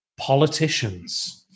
politicians